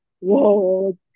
whoa